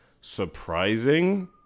surprising